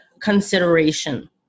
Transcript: consideration